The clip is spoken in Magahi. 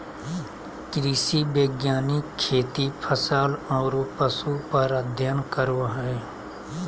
कृषि वैज्ञानिक खेती, फसल आरो पशु पर अध्ययन करो हइ